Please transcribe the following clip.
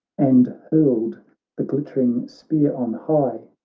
and hurled the glittering spear on high,